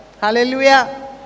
Hallelujah